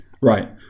right